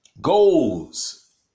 goals